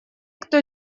кто